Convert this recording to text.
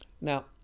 Now